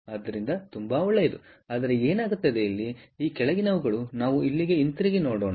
ಆದ್ದರಿಂದ ತುಂಬಾ ಒಳ್ಳೆಯದು ಆದರೆ ಏನಾಗುತ್ತದೆ ಈ ಕೆಳಗಿನವುಗಳು ನಾವು ಇಲ್ಲಿಗೆ ಹಿಂತಿರುಗಿ ನೋಡೋಣ